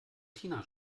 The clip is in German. tina